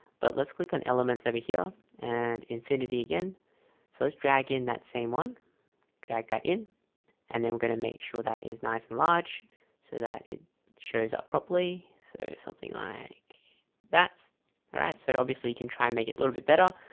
but let's click on elements over here and infinity again so let's drag in that same one drag that in and then we're going to make sure that is nice and large so that it shows up properly so thing like that's alright. so obviously you can try and make it a little bit better.